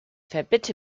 verbitte